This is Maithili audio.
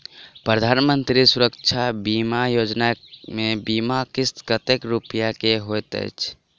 प्रधानमंत्री सुरक्षा बीमा योजना मे बीमा किस्त कतेक रूपया केँ होइत अछि?